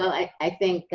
i think